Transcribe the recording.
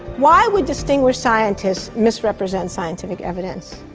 why would distinguished scientists misrepresent scientific evidence?